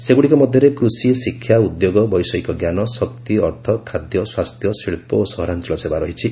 ସେଗୁଡ଼ିକ ମଧ୍ୟରେ କୃଷି ଶିକ୍ଷା ଉଦ୍ୟୋଗ ବୈଷୟିକ ଜ୍ଞାନ ଶକ୍ତି ଅର୍ଥ ଖାଦ୍ୟ ସ୍ୱାସ୍ଥ୍ୟ ଶିଳ୍ପ ଓ ସହରାଞ୍ଚଳ ସେବା ରହିଛି